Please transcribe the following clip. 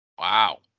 Wow